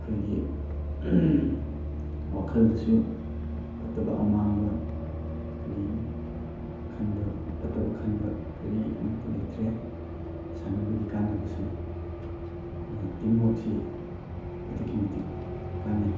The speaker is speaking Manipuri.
ꯑꯩꯈꯣꯏꯒꯤ ꯋꯥꯈꯜꯗꯁꯨ ꯐꯠꯇꯕ ꯑꯃꯥꯡꯕ ꯀꯔꯤ ꯐꯠꯇꯕ ꯈꯟꯕ ꯀꯔꯤ ꯑꯃꯠꯇ ꯂꯩꯇ꯭ꯔꯦ ꯁꯥꯟꯅꯕꯒꯤ ꯀꯥꯟꯅꯕꯁꯤ ꯇꯤꯝꯋꯥꯔꯛꯁꯤ ꯑꯗꯨꯛꯀꯤ ꯃꯇꯤꯛ ꯀꯥꯟꯅꯩ